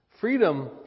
Freedom